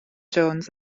jones